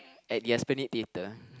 at the Esplanade-Theatre